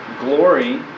glory